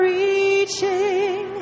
reaching